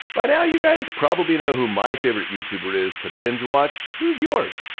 by now you guys probably know who my favorite youtuber is to binge watch. who's yours?